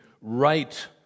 right